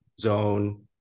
zone